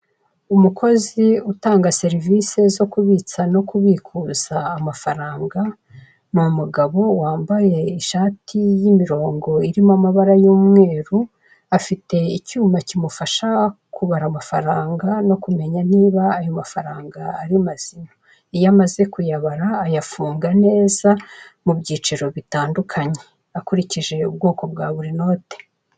Umukozi utanga serivisi zo kubitsa no kubikuza amafaranga, ni umugabo wambaye ishati y'imirongo irimo amabara y'umweru, afite icyuma kimufasha kubara amafaranga no kumenya niba ayo mafaranga ari mazima, iyo amaze kuyabara ayafunga neza mu byiciro bitandukanye akurikije ubwoko bwa buri noti.